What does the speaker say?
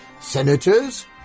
senators